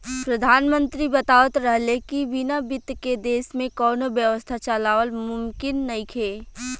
प्रधानमंत्री बतावत रहले की बिना बित्त के देश में कौनो व्यवस्था चलावल मुमकिन नइखे